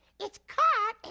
it's called,